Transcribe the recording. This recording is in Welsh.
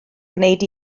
gwneud